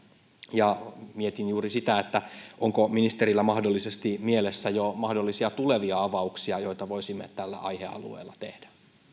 mietin juuri sitä onko ministerillä mahdollisesti mielessä jo mahdollisia tulevia avauksia joita voisimme tällä aihealueella tehdä